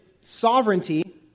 sovereignty